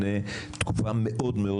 צריך לזכור שאנחנו בעידן של עלייה,